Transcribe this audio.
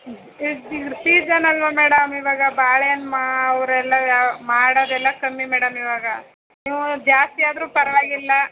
season ಅಲ್ಲವಾ madam ಇವಾಗ ಬಾಳೆಹಣ್ ಮಾ ಅವರೆಲ್ಲ ಮಾಡೋದೆಲ್ಲ ಕಮ್ಮಿ ಮೇಡಮ್ ಇವಾಗ ನೀವು ಜಾಸ್ತಿಯಾದರು ಪರವಾಗಿಲ್ಲ